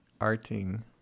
arting